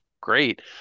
great